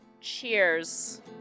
cheers